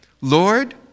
Lord